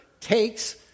takes